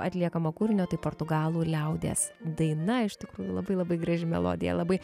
atliekamo kūrinio tai portugalų liaudies daina iš tikrųjų labai labai graži melodija labai